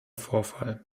vorfall